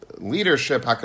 leadership